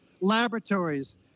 laboratories